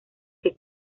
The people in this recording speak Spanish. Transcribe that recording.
que